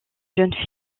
jeune